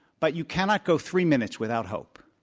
but you cannot go three minutes without help.